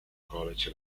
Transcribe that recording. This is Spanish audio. college